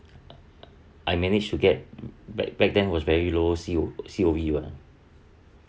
I managed to get back back then was very low C_O C_O_V